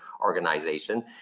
organization